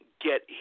get